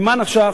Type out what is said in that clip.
ממה נפשך?